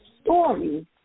story